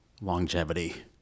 longevity